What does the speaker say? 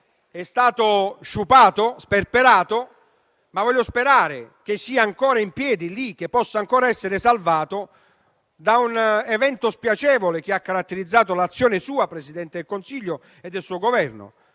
è stato sciupato, sperperato, ma voglio sperare che sia ancora in piedi e che possa ancora essere salvato da un evento spiacevole che ha caratterizzato la sua azione sua e quella del suo Governo,